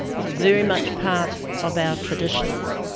it's a very much part of our tradition.